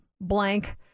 blank